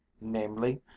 namely